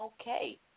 okay